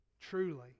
truly